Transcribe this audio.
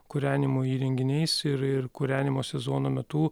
kūrenimo įrenginiais ir ir kūrenimo sezono metu